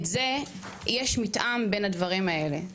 יש מתאם בין הדברים האלה.